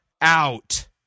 out